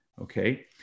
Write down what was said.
okay